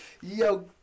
yo